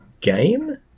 game